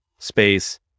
space